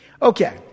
Okay